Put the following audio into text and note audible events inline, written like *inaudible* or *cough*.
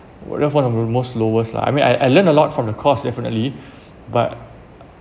well that's one of the most lowest lah I mean I I learnt a lot from the course definitely *breath* but